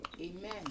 Amen